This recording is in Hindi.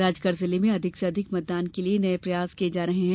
राजगढ़ जिले में अधिक से अधिक मतदान के लिये नये प्रयास किये जा रहे हैं